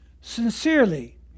sincerely